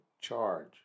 charge